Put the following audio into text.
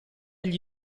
gli